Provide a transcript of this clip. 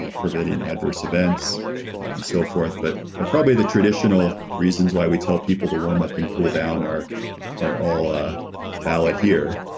you know preventing adverse events and so forth. but but probably the traditional reasons why we tell people to warm up and cool down are are all a valid here.